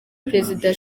perezida